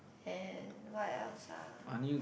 and what else ah